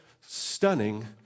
stunning